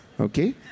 okay